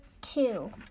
two